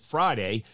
Friday